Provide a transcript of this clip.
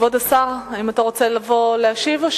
כבוד השר, האם אתה רוצה לבוא ולהשיב?